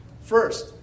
First